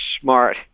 smart